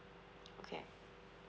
okay